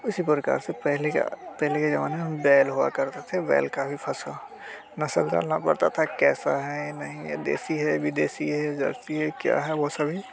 उसी प्रकार से पहले का पहले के ज़माने में बैल हुआ करते थे बैल की भी फ़स नस्ल नस्ल जानना पड़ता था कैसा है नहीं है देसी है विदेशी है जर्सी है क्या है वो सभी